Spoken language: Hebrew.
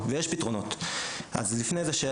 יש תוכנית "כוחות